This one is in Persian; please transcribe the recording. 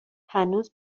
هنوز